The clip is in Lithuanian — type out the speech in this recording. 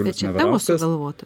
tai čia tavo galvota